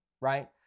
right